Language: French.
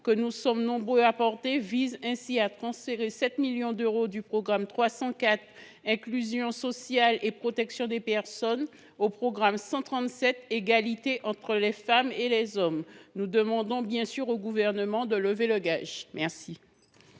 que nous sommes nombreux à défendre, vise donc à transférer 7 millions d’euros du programme 304, « Inclusion sociale et protection des personnes », au programme 137, « Égalité entre les femmes et les hommes ». Nous demandons bien sûr au Gouvernement de lever le gage sur